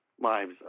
lives